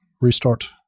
restart